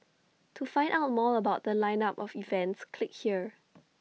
to find out more about The Line up of events click here